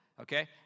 Okay